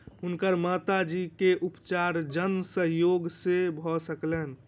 हुनकर माता जी के उपचार जन सहयोग से भ सकलैन